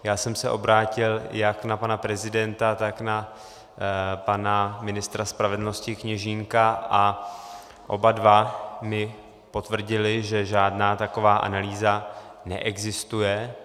Já jsem se obrátil jak na pana prezidenta, tak na pana ministra spravedlnosti Kněžínka a oba dva mi potvrdili, že žádná taková analýza neexistuje.